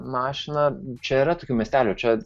mašina čia yra tokių miestelių čia